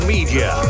Media